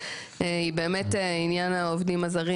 היא עניין כמות העובדים הזרים